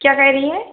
क्या कह रही हैं